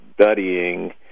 studying